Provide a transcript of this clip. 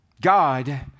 God